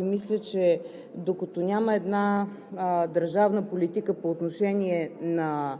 Мисля, че докато няма една държавна политика по отношение на